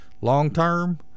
long-term